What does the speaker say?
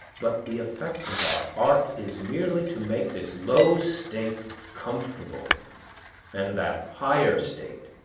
but the effect of our art is merely to make this low state comfortable and that higher state